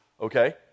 okay